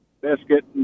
biscuit